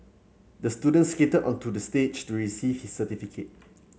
the student skated onto the stage to receive his certificate